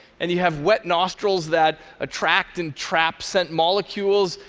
and you have wet nostrils that attract and trap scent molecules,